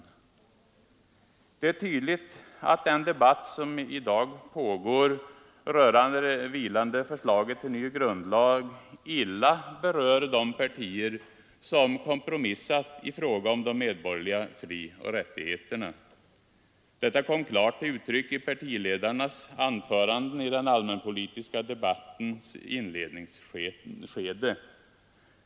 Det är tydligt att den debatt som i dag pågår rörande det vilande förslaget till ny grundlag illa berör de partier som kompromissat i fråga om de medborgerliga frioch rättigheterna. Detta kom klart till uttryck i partiledarnas anföranden i den allmänpolitiska debattens inledningsskede.